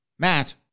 Matt